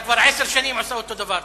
אתה כבר עשר שנים עושה אותו הדבר.